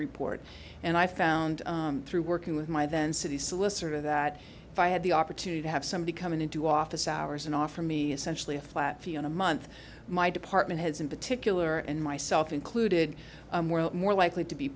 report and i found through working with my then city solicitor that if i had the opportunity to have somebody come into office hours and offer me essentially a flat fee in a month my department heads in particular and myself included more likely to be